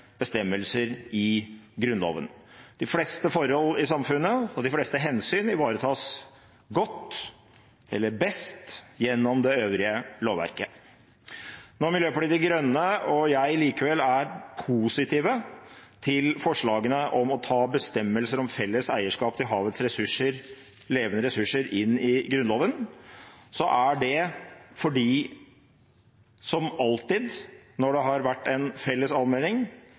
bestemmelser i Grunnloven. De fleste forhold i samfunnet og de fleste hensyn ivaretas godt – eller best – gjennom det øvrige lovverket. Når Miljøpartiet De Grønne og jeg likevel er positive til forslagene om å ta bestemmelser om felles eierskap til havets levende ressurser inn i Grunnloven, er det fordi vi nå er kommet i en situasjon hvor det er begynt å bli stilt spørsmål om det felles